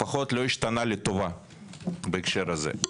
לפחות לא לטובה בהקשר הזה.